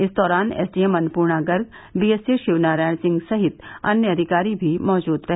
इस दौरान SDM Annapurna Garg BSA Shivnarayan Singh सहित अन्य अधिकारी भी मौजूद रहे